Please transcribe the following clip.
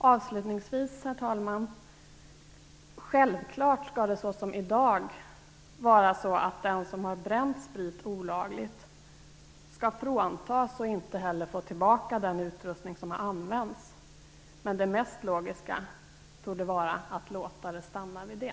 Avslutningsvis skall självklart såsom i dag den som har bränt sprit olagligt fråntas och inte heller få tillbaka den utrustning som har använts. Men det mest logiska torde att vara att låta det stanna vid det.